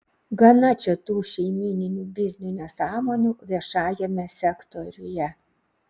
gana čia tų šeimyninių biznių nesąmonių viešajame sektoriuje